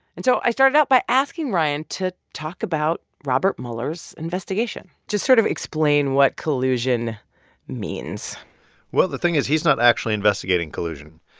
and so i started out by asking ryan to talk about robert muller's investigation just sort of explain what collusion means well, the thing is he's not actually investigating collusion.